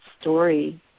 story